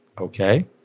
okay